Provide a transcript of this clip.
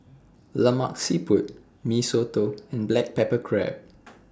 Lemak Siput Mee Soto and Black Pepper Crab